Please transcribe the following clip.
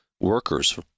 workers